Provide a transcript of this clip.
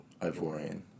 Ivorian